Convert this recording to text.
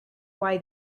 why